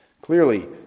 Clearly